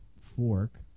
fork